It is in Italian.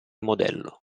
modello